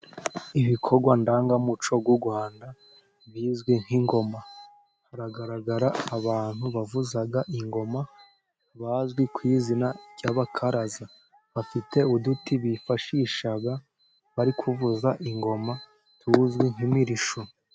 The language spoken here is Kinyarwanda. Ibikorwa ndangamuco w'u Rwanda ,bizwi nk'ingoma . Haragaragara abantu bavuza ingoma bazwi ku izina ry'abakaraza. Bafite uduti bifashisha bari kuvuza ingoma ,tuzwi nk'imirishyo.